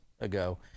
ago